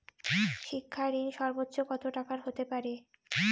শিক্ষা ঋণ সর্বোচ্চ কত টাকার হতে পারে?